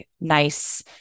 nice